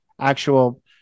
actual